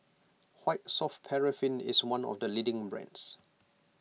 White Soft Paraffin is one of the leading brands